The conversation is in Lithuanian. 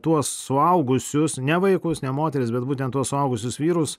tuos suaugusius ne vaikus ne moteris bet būtent tuos suaugusius vyrus